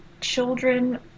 children